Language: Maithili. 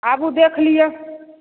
आगू देख लिअ